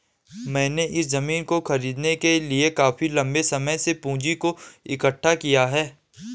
मैंने इस जमीन को खरीदने के लिए काफी लंबे समय से पूंजी को इकठ्ठा किया है